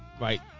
right